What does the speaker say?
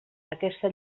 aquesta